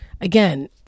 again